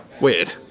weird